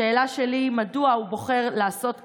השאלה שלי: מדוע הוא בוחר לעשות כך,